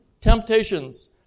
temptations